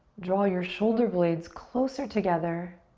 draw your shoulder blades closer together.